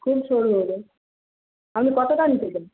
খুব সরু হল আপনি কতটা নিতে চান